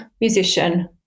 musician